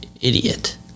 idiot